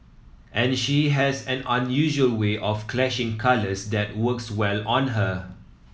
and she has an unusual way of clashing colours that works well on her